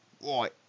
Right